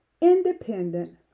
independent